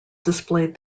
displayed